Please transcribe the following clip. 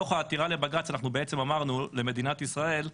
בתוך העתירה לבג"ץ אנחנו אמרנו למדינת ישראל: